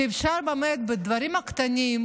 שאפשר באמת בדברים הקטנים,